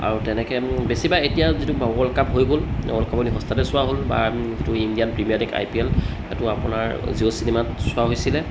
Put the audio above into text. আৰু তেনেকৈ আমি বেছিভাগ এতিয়া যিটো ৱৰ্ল্ড কাপ হৈ গ'ল ৱৰ্ল্ড কাপ হট ষ্টাৰতে চোৱা হ'ল বা যিটো Indian Premier League I P L সেইটো আপোনাৰ জিঅ' চিনেমাত চোৱা হৈছিলে